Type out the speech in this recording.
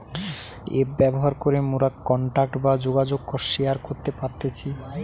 app ব্যবহার করে মোরা কন্টাক্ট বা যোগাযোগ শেয়ার করতে পারতেছি